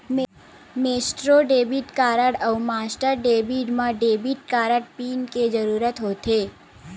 Maestro debit card अउ master debit म debit card pin के जरूरत होथे